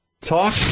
Talk